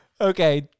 okay